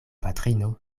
patrino